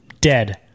Dead